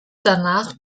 danach